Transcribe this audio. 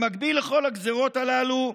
במקביל לכל הגזרות הללו,